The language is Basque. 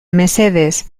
mesedez